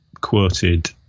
quoted